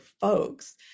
folks